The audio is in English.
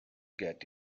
get